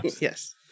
Yes